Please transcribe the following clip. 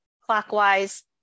clockwise